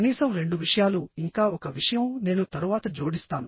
కనీసం రెండు విషయాలు ఇంకా ఒక విషయం నేను తరువాత జోడిస్తాను